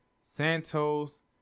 Santos